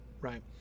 right